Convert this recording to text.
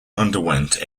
underwent